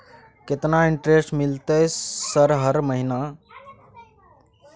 केतना इंटेरेस्ट मिलते सर हर महीना?